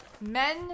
men